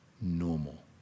normal